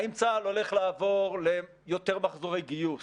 האם צה"ל הולך לעבור ליותר מחזורי גיוס?